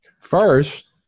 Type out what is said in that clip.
First